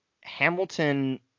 hamilton